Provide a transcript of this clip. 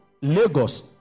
Lagos